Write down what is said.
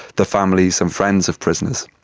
the families and friends of prisoners.